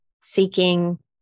seeking